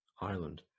Ireland